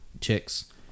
chicks